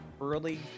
early